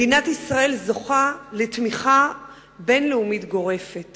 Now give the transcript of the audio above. מדינת ישראל זוכה לתמיכה בין-לאומית גורפת